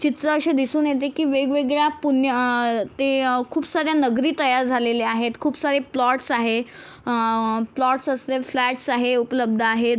चित्र अशे दिसून येते की वेगवेगळ्या पुन्न्य ते खूप साऱ्या नगरी तयार झालेल्या आहेत खूप सारे प्लॉट्स आहे प्लॉट्स असले फ्लॅट्स आहे उपलब्द आहेत